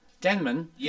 Denman